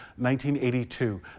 1982